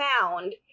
found